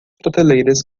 prateleiras